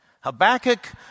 Habakkuk